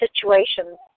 situations